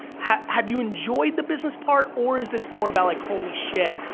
have have you enjoyed the business part or is this more about like holy shit,